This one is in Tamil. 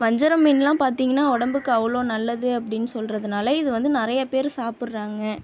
வஞ்சிரம் மீனெலாம் பார்த்திங்கனா உடம்புக்கு அவ்வளோ நல்லது அப்படின் சொல்கிறதுனால இது வந்து நிறைய பேர் சாப்பிட்றாங்க